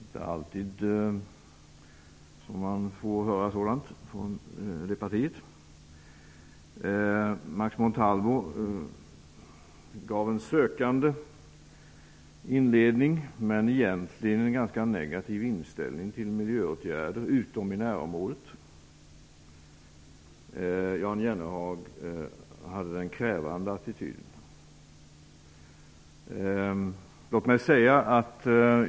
Det är inte alltid man får höra sådant från det partiet. Max Montalvo gav en sökande inledning men visade egentligen en ganska negativ inställning till miljöåtgärder utom i närområdet. Jan Jennehag hade den krävande attityden.